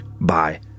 Bye